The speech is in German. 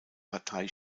partei